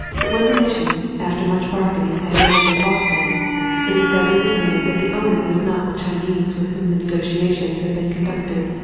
but when the mission after much bargaining had eventually bought this the discovery was made that the owner was not the chinese with whom the negotiations had been conducted,